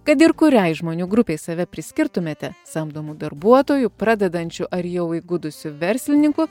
kad ir kuriai žmonių grupei save priskirtumėte samdomu darbuotoju pradedančiu ar jau įgudusiu verslininku